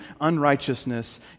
unrighteousness